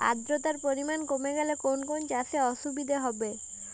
আদ্রতার পরিমাণ কমে গেলে কোন কোন চাষে অসুবিধে হবে?